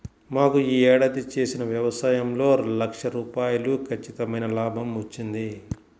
మాకు యీ ఏడాది చేసిన యవసాయంలో లక్ష రూపాయలు ఖచ్చితమైన లాభం వచ్చింది